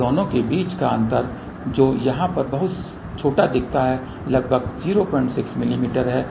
और दोनों के बीच का अंतर जो यहाँ पर बहुत छोटा दिखता है लगभग 06 मिमी है